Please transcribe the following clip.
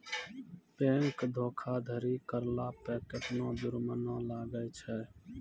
Bank धोखाधड़ी करला पे केतना जुरमाना लागै छै?